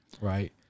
Right